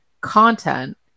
content